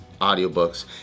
audiobooks